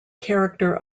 character